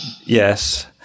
yes